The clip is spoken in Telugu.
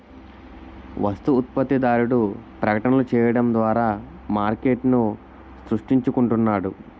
వస్తు ఉత్పత్తిదారుడు ప్రకటనలు చేయడం ద్వారా మార్కెట్ను సృష్టించుకుంటున్నాడు